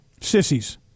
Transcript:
Sissies